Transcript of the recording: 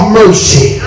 mercy